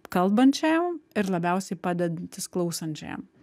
kalbančiajam ir labiausiai padedantis klausančiajam